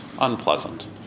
unpleasant